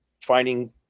finding